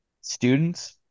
students